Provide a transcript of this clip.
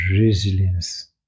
resilience